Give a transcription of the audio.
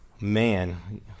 Man